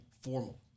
formal